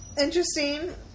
interesting